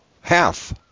half